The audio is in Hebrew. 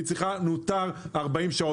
מותר 40 שעות.